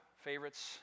favorites